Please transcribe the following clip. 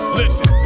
listen